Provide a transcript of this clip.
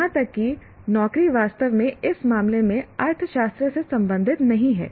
यहां तक कि नौकरी वास्तव में इस मामले में अर्थशास्त्र से संबंधित नहीं है